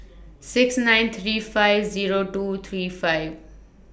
six nine three five Zero two three five